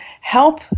help